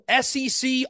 SEC